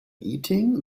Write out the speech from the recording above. eating